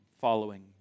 following